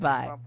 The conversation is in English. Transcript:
Bye